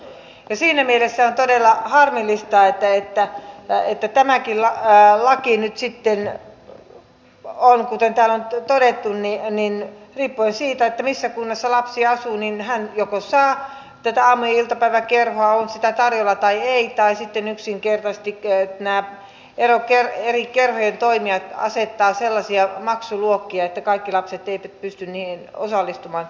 siinä mielessä on todella harmillista että tämänkin lain mukaan nyt sitten kuten täällä on todettu riippuen siitä missä kunnassa lapsi asuu hän joko saa tätä aamu ja iltapäiväkerhoa on sitä tarjolla tai ei tai sitten yksinkertaisesti nämä eri kerhojen toimijat asettavat sellaisia maksuluokkia että kaikki lapset eivät pysty niihin osallistumaan